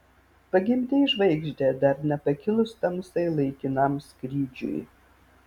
pagimdei žvaigždę dar nepakilus tamsai laikinam skrydžiui